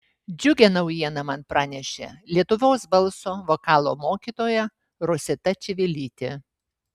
džiugią naujieną man pranešė lietuvos balso vokalo mokytoja rosita čivilytė